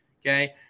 Okay